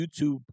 YouTube